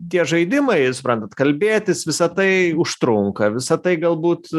tie žaidimai suprantat kalbėtis visa tai užtrunka visa tai galbūt